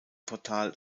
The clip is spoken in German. portal